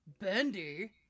Bendy